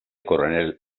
coronel